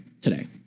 today